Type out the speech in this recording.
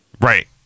right